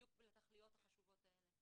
בדיוק לתכליות החשובות האלה.